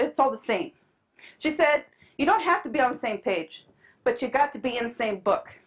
it's all the same she said you don't have to be on the same page but you've got to be in same book